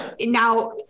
now